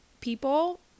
people